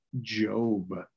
job